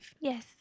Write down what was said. Yes